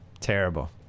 Terrible